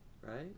Right